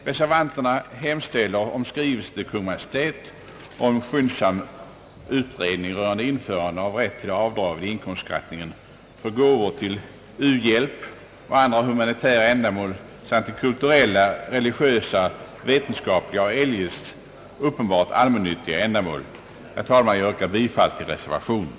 Reservanterna hemställer om en skrivelse till Kungl. Maj:t med begäran om skyndsam utredning rörande införande av rätt till avdrag vid beskattningen för gåvor till u-hjälp och andra humanitära ändamål samt till kulturella, religiösa, vetenskapliga eller eljest uppenbart allmännyttiga ändamål. Herr talman! Jag yrkar bifall till reservationen.